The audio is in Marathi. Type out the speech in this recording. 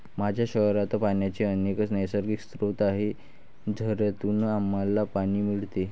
माझ्या शहरात पाण्याचे अनेक नैसर्गिक स्रोत आहेत, झऱ्यांतून आम्हाला पाणी मिळते